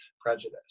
prejudice